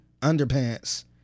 Underpants